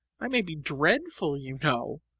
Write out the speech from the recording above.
i may be dreadful, you know.